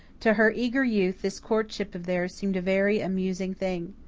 to her eager youth, this courtship of theirs seemed a very amusing thing.